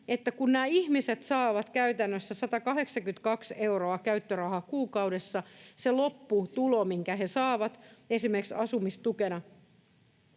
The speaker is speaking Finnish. kun nämä ihmiset saavat käytännössä 182 euroa käyttörahaa kuukaudessa, se lopputulo, minkä he saavat esimerkiksi asumistukena,